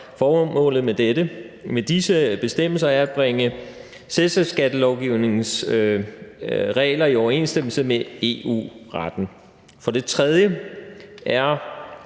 Formålet med disse bestemmelser er at bringe selskabsskattelovgivningens regler i overensstemmelse med EU-retten. For det tredje er